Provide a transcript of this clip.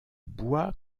bois